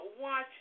watch